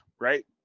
right